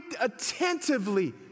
attentively